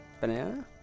Banana